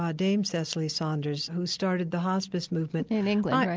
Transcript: ah dame cecily saunders, who started the hospice movement, in england, right?